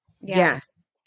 Yes